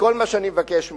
וכל מה שאני מבקש ממך,